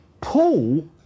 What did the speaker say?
Paul